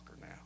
now